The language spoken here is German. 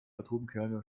atomkerne